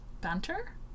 Banter